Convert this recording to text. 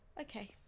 Okay